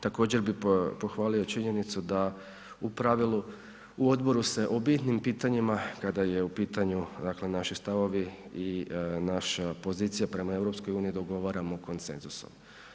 Također bih pohvalio činjenicu da u pravilu u odboru se o bitnim pitanjima kada je u pitanju naši stavovi i naša pozicija prema EU dogovaramo konsenzusom.